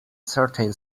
certain